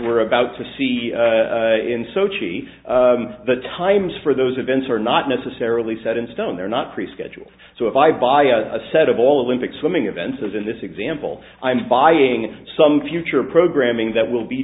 we're about to see in sochi the times for those events are not necessarily set in stone they're not prescheduled so if i buy a set of olympic swimming events as in this example i'm buying some future programming that will be